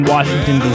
Washington